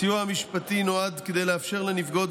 הסיוע המשפטי נועד לאפשר לנפגעות